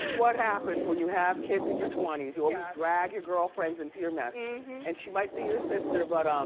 what happens when you have kids in your twenty s. you always drag your girl friends into your mess. and she might be your sister but. um